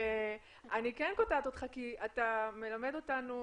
אני כן קוטעת אותך כי אתה מלמד אותנו